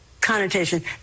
Connotation